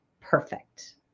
perfect